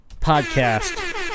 podcast